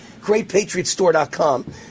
GreatPatriotStore.com